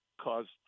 caused